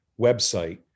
website